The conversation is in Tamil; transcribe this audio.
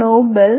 Nobel P